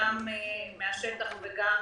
גם מהשטח וגם